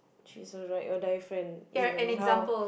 she's a ride or die friend even how